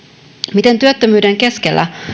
miten työttömyyden keskellä